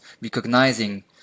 recognizing